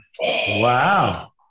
Wow